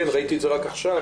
כן, ראיתי את זה רק עכשיו.